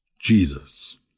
Jesus